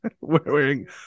wearing